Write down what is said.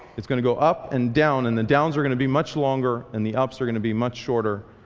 it's going to go up and down. and the downs are going to be much longer and the ups are going to be much shorter.